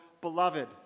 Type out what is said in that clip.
beloved